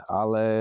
ale